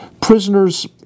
prisoners